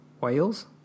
Whales